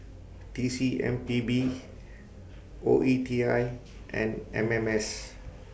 T C M P B O E T I and M M S